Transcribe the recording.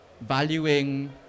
valuing